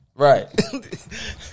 Right